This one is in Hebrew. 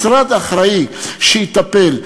משרד אחראי שיטפל.